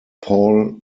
paul